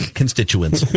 constituents